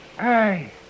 Hey